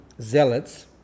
zealots